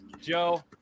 Joe